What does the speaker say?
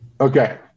Okay